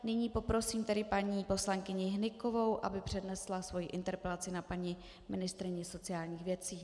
Nyní poprosím tedy paní poslankyni Hnykovou, aby přednesla svoji interpelaci na paní ministryni práce a sociálních věcí.